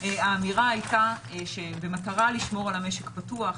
האמירה הייתה שבמטרה לשמור על המשק פתוח,